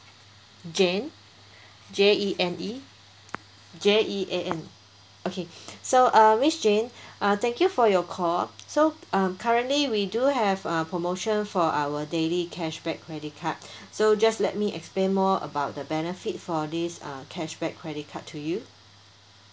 jane J E N E J E A N okay so uh miss jean uh thank you for your call so um currently we do have uh promotion for our daily cash back credit card so just let me explain more about the benefit for this uh cash back credit card to you